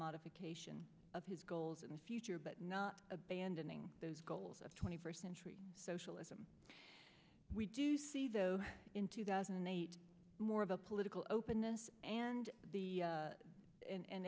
modification of his goals in the future but not abandoning those goals of twenty first century socialism we do see though in two thousand and eight more of a political openness and the